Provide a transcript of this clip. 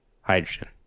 hydrogen